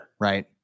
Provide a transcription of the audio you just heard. Right